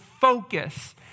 focus